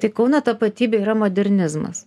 tik kauno tapatybė yra modernizmas